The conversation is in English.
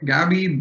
Gabby